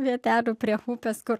vietelių prie upės kur